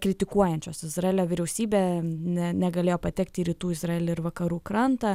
kritikuojančios izraelio vyriausybę ne negalėjo patekti į rytų izraelį ir vakarų krantą